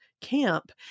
camp